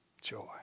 Joy